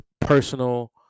personal